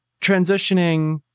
transitioning